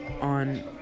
on